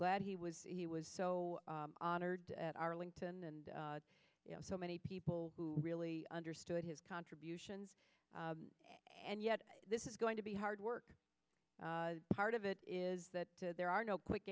glad he was he was so honored at arlington and you know so many people who really understood his contributions and yet this is going to be hard work part of it is that there are no quick